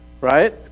right